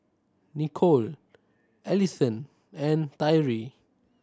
Nicole Alisson and Tyree